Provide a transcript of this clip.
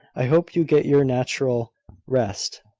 i hope you get your natural rest.